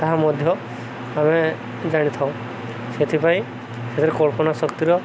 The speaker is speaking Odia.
ତାହା ମଧ୍ୟ ଆମେ ଜାଣିଥାଉ ସେଥିପାଇଁ ସେଥିରେ କଳ୍ପନା ଶକ୍ତିର